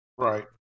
Right